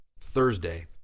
Thursday